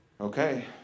Okay